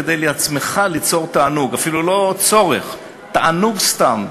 כדי ליצור תענוג לעצמך,